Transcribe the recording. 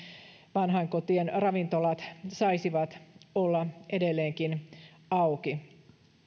vanhainkotien ravintolat saisivat olla edelleenkin auki